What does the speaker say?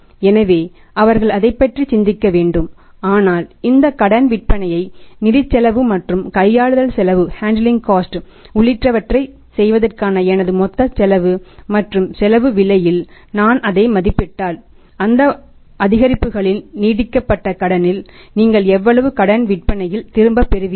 எனவே அவர்கள் அதைப் பற்றி சிந்திக்க வேண்டும் ஆனால் இந்த கடன் விற்பனையை நிதிச் செலவு மற்றும் கையாளுதல் செலவு உள்ளிட்டவற்றைச் செய்வதற்கான எனது மொத்த செலவு மற்றும் செலவு விலையில் நான் அதை மதிப்பிட்டால் அந்த அதிகரிப்புகளின் நீட்டிக்கப்பட்ட கடனில் நீங்கள் எவ்வளவு கடன் விற்பனையில் திரும்பப் பெறுகிறீர்கள்